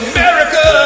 America